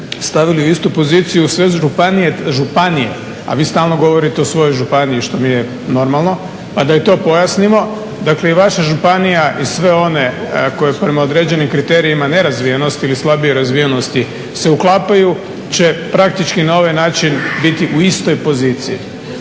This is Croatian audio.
stavili u istu poziciju sve županije, a vi stalno govorite o svojoj županiji što mi je normalno, pa da i to pojasnimo. Dakle i vaša županija i sve one koje prema određenim kriterijima nerazvijenosti ili slabije razvijenosti se uklapaju će praktički na ovaj način biti u istoj poziciji.